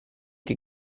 che